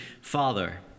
Father